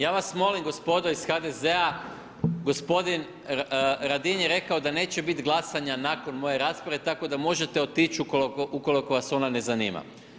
Ja vas molim gospodo iz HDZ-a, gospodin Radin je rekao da neće biti glasanja nakon moje rasprave, tako da možete otići ukoliko vas ona ne zanima.